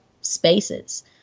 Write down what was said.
spaces